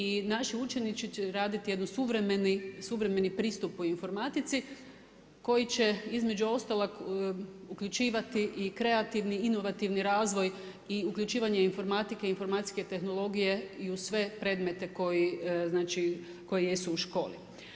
I naši učenici će raditi jedan suvremeni pristup u informatici koji će između ostalog uključivati i kreativni inovativni razvoj i uključivanje informatike i informatske tehnologije i u sve predmete koji znači, koji jesu u školi.